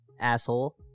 Asshole